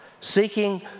seeking